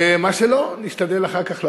ומה שלא, נשתדל אחר כך לעזור.